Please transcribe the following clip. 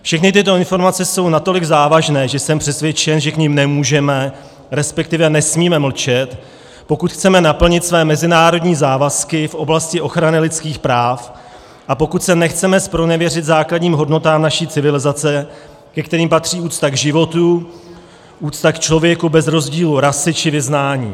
Všechny tyto informace jsou natolik závažné, že jsem přesvědčen, že k nim nemůžeme, respektive nesmíme mlčet, pokud chceme naplnit své mezinárodní závazky v oblasti ochrany lidských práv a pokud se nechceme zpronevěřit základním hodnotám naší civilizace, ke kterým patří úcta k životu, úcta k člověku bez rozdílu rasy či vyznání.